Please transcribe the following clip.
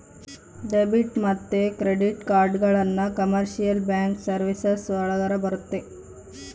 debit ಮತ್ತೆ credit ಕಾರ್ಡ್ಗಳನ್ನ commercial bank services ಒಳಗರ ಬರುತ್ತೆ